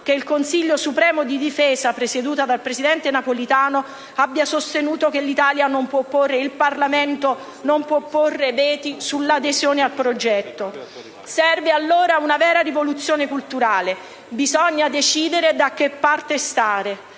che il Consiglio supremo di difesa, presieduto dal presidente Napolitano, abbia sostenuto che il Parlamento non può porre veti all'adesione al progetto. Serve allora una vera rivoluzione culturale; bisogna decidere da che parte stare.